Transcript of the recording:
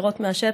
לראות מהשטח,